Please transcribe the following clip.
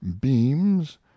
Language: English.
beams